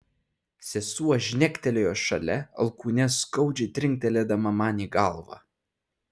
sesuo žnektelėjo šalia alkūne skaudžiai trinktelėdama man į galvą